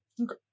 Okay